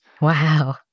Wow